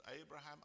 Abraham